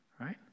right